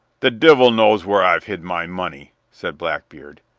the divil knows where i've hid my money, said blackbeard,